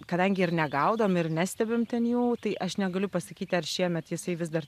kadangi ir negaudom ir nestebim ten jų tai aš negaliu pasakyti ar šiemet jisai vis dar